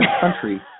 country